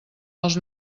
els